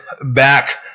back